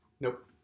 Nope